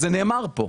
וזה נאמר פה,